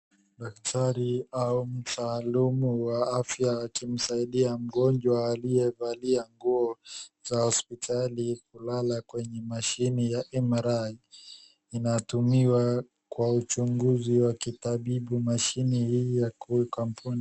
Daktari au mtaalumu wa afya akimsasidia mgonjwa aliyevalia nguo za hospitali kulala kwenye Mashine ya MRI. Inatumiwa kwa uchunguzi wa kitabibu mashine hii ya kuweka mgonjwa.